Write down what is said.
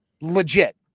legit